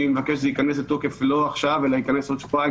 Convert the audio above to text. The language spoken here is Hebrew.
אני מבקש שזה ייכנס לתוקף לא עכשיו אלא ייכנס עוד שבועיים,